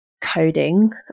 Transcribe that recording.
coding